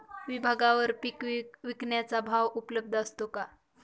विभागवार पीक विकण्याचा भाव उपलब्ध असतो का?